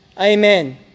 Amen